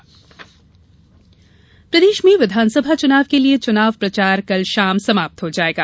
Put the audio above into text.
चुनाव प्रचार प्रदेश में विधानसभा चुनाव के लिये चुनाव प्रचार कल शाम समाप्त हो जायेगा